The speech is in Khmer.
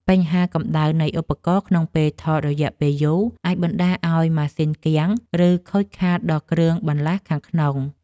បញ្ហាកម្ដៅនៃឧបករណ៍ក្នុងពេលថតរយៈពេលយូរ អាចបណ្ដាលឱ្យម៉ាស៊ីនគាំង ឬខូចខាតដល់គ្រឿងបន្លាស់ខាងក្នុង។